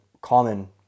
common